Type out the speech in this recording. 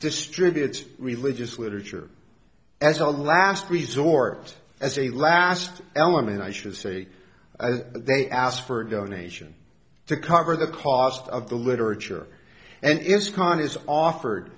distributes religious literature as a last resort as a last element i should say they asked for a donation to cover the cost of the literature and is con is offered